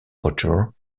author